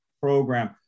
program